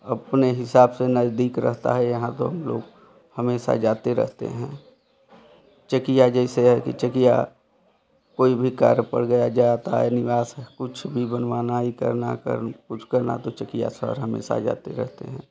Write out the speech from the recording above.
अपने हिसाब से नजदीक रहता है यहाँ तो हम लोग हमेशा जाते रहते हैं चेकिया जैसे है कि चेकिया कोई भी कार्य पर गया निवास है कुछ भी बनवाना ये करना कर कुछ करना तो चेकिया शहर हमेशा जाते रहते हैं